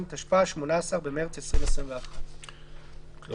התשפ"א (18 במרס 2021). יש כאן נוסח משולב שהפצנו לדברים האלה.